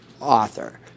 author